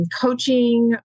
coaching